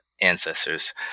ancestors